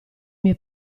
mie